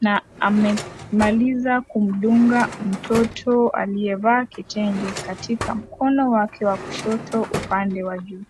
Na amemaliza kumdunga mtoto aliyevaa kitenge, katika mkono wake wa kushoto upande wa juu.